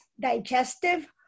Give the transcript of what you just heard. digestive